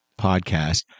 podcast